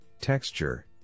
texture